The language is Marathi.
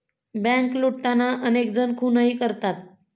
बँक लुटताना अनेक जण खूनही करतात